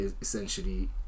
essentially